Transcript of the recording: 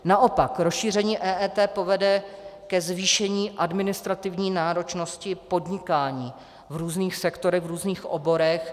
Naopak, rozšíření EET povede ke zvýšení administrativní náročnosti podnikání v různých sektorech, v různých oborech.